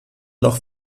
noch